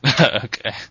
Okay